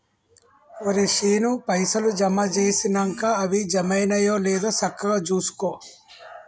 ఒరే శీనూ, పైసలు జమ జేసినంక అవి జమైనయో లేదో సక్కగ జూసుకో